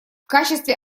качестве